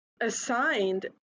assigned